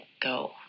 go